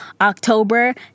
October